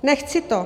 Nechci to.